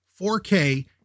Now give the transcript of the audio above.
4k